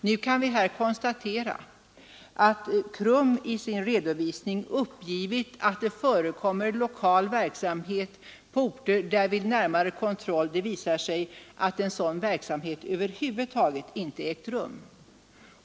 Nu kan vi här konstatera att KRUM i sin redovisning har uppgett att det förekommer lokal verksamhet på orter där det vid närmare kontroll visar sig att sådan verksamhet över huvud taget inte ägt rum.